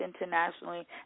internationally